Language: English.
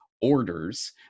orders